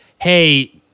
hey